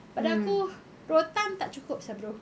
pada aku rotan tak cukup sia bro